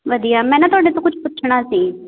ਵਧੀਆ ਮੈਂ ਨਾ ਤੁਹਾਡੇ ਤੋਂ ਕੁਛ ਪੁੱਛਣਾ ਸੀ